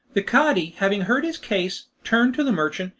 the cadi having heard his case, turned to the merchant,